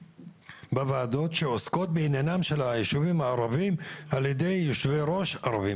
בוועדות שעוסקות בעניינם של הישובים הערבים על ידי יושב ראש ערבים?